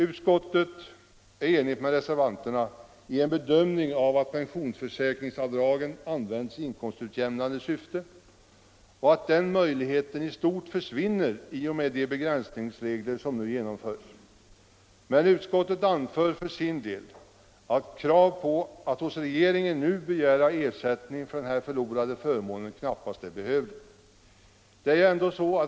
Utskottet är enigt med reservanterna i en bedömning av att pensionsförsäkringsavdragen har använts i inkomstutjämnande syfte och att den möjligheten i stort sett försvinner i och med de begränsningsregler som nu genomförs. Utskottet anför dock för sin del att det knappast är behövligt att nu hos regeringen begära ersättning för denna förlorade förmån.